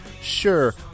Sure